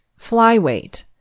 Flyweight